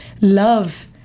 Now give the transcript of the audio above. love